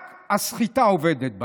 רק הסחיטה עובדת בה.